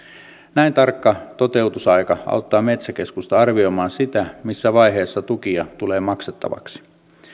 näin tarkka toteutusaika auttaa metsäkeskusta arvioimaan sitä missä vaiheessa tukia tulee maksettavaksi